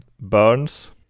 burns